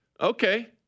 Okay